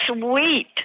sweet